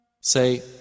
Say